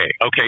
Okay